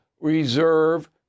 reserve